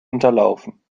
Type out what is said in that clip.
unterlaufen